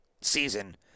season